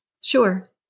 Sure